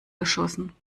geschossen